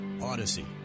Odyssey